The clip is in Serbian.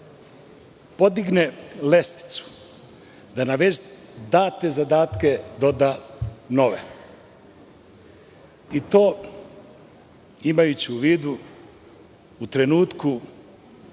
podigne lestvicu, da na već date zadatke doda nove i to imajući u vidu u trenutku